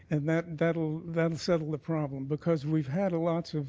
and that that will settle the problem because we've had a lot sort of